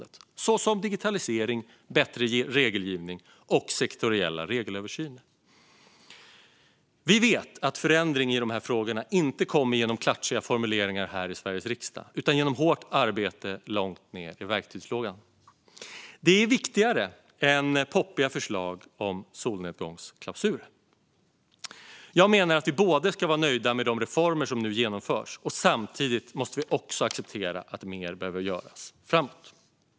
Det handlar till exempel om digitalisering, bättre regelgivning och sektoriella regelöversyner. Vi vet att förändring i dessa frågor inte kommer genom klatschiga formuleringar här i Sveriges riksdag utan genom hårt arbete långt nere i verktygslådan. Det är viktigare än poppiga förslag om solnedgångsklausuler. Jag menar att vi ska vara nöjda med de reformer som nu genomförs. Samtidigt måste vi acceptera att mer behöver göras framöver.